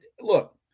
look